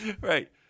Right